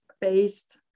based